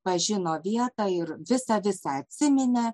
pažino vietą ir visa visa atsiminė